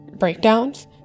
breakdowns